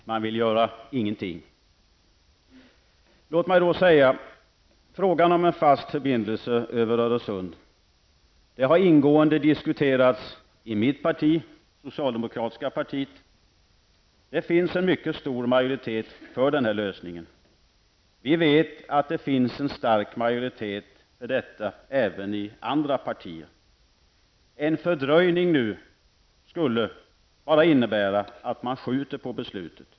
Man vill inte göra någonting. Låt mig då säga: Frågan om en fast förbindelse över Öresund har ingående diskuterats i mitt parti, det socialdemokratiska partiet. Det finns en mycket stor majoritet för den här lösningen. Vi vet att det finns en stark majoritet för detta även i andra partier. En fördröjning nu skulle bara innebära att man skjuter på beslutet.